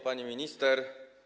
Pani Minister!